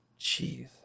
Jeez